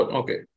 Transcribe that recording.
okay